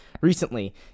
recently